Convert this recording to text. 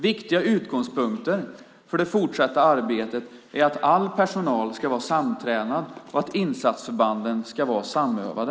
Viktiga utgångspunkter för det fortsatta arbetet är att all personal ska vara samtränad och att insatsförbanden ska vara samövade.